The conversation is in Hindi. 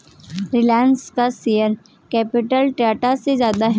रिलायंस का शेयर कैपिटल टाटा से ज्यादा है